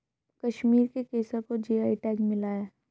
कश्मीर के केसर को जी.आई टैग मिला है